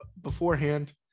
beforehand